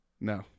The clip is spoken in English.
No